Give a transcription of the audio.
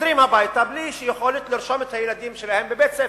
חוזרים הביתה בלי יכולת לרשום את הילדים שלהם לבית-ספר.